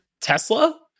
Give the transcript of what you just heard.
tesla